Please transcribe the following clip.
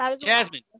Jasmine